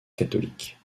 catholique